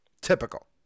Typical